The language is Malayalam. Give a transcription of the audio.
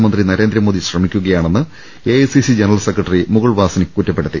മന്ത്രി നരേന്ദ്രമോദി ശ്രമിക്കുകയാണെന്ന് A I C C general സെക്ര ട്ടറി മുകുൾവാസ്നിക് കുറ്റപ്പെടുത്തി